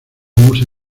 musa